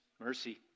mercy